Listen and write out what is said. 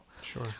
Sure